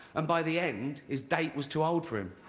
and by the end, his date was too old for him.